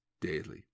daily